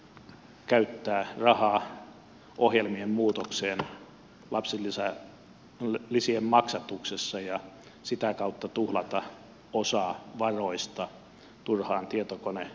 ei myöskään olisi tarvinnut käyttää rahaa ohjelmien muutokseen lapsilisien maksatuksessa ja sitä kautta tuhlata osaa varoista turhaan tietokonebyrokratiaan